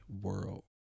World